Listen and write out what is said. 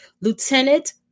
Lieutenant